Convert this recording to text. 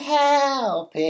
help